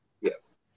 Yes